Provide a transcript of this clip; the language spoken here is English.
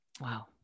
wow